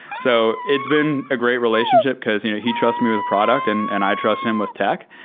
so it's been a great relationship, because you know he trust me with product and and i trust him with tech.